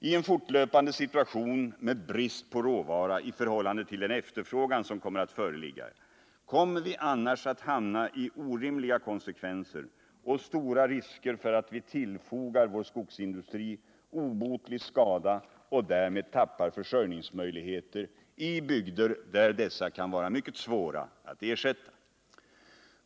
I en fortlöpande situation med brist på råvara i förhållande till den efterfrågan som kommer att föreligga uppstår det annars orimliga konsekvenser och stora risker för att vi tillfogar vår skogsindustri obotlig skada och att vi därmed tappar försörjningsmöjligheter i bygder där dessa kan vara mycket svåra att ersätta.